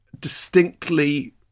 distinctly